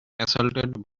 assaulted